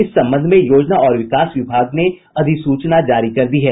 इस संबंध में योजना और विकास विभाग ने अधिसूचना जारी कर दी है